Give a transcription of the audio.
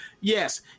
yes